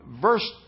Verse